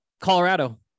Colorado